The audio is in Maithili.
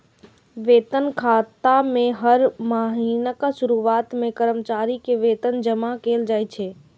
वेतन खाता मे हर महीनाक शुरुआत मे कर्मचारी के वेतन जमा कैल जाइ छै